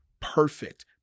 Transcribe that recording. perfect